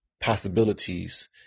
possibilities